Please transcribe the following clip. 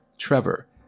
Trevor